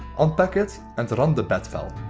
unpack it and run the bat file.